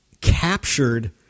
captured